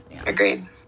Agreed